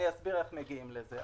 אני אסביר איך מגיעים לזה.